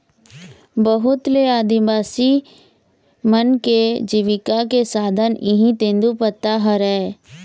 बहुत ले आदिवासी मन के जिविका के साधन इहीं तेंदूपत्ता हरय